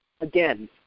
again